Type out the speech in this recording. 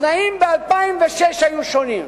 התנאים ב-2006 היו שונים.